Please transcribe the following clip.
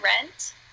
rent